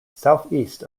southeast